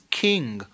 king